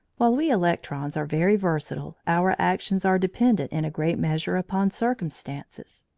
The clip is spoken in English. while we electrons are very versatile, our actions are dependent in a great measure upon circumstances.